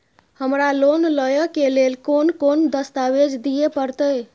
हमरा लोन लय के लेल केना कोन दस्तावेज दिए परतै?